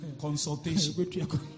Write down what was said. consultation